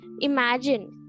imagine